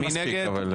מי נגד?